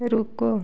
रुको